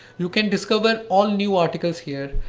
you can discover all new articles here.